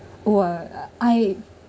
!wah! uh I